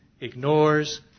ignores